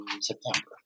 September